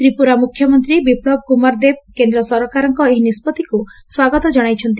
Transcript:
ତ୍ରିପୁରା ମୁଖ୍ୟମନ୍ତୀ ବିପ୍କବ କୁମାର ଦେବ କେନ୍ଦ୍ର ସରକାରଙ୍କ ଏହି ନିଷ୍ବଉିକୁ ସ୍ୱାଗତ ଜଶାଇଛନ୍ତି